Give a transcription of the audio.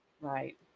right